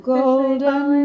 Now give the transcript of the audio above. golden